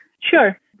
Sure